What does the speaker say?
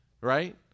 Right